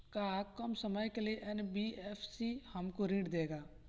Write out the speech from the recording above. का कम समय के लिए एन.बी.एफ.सी हमको ऋण देगा?